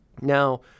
Now